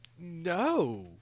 no